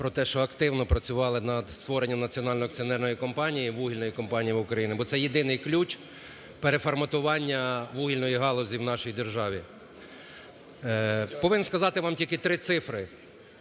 про те, що активно працювали над створенням національної акціонерної компанії, вугільної компанії в Україні, бо це єдиний ключ переформатування вугільної галузі в нашій державі. Повинен сказати вам тільки три цифри.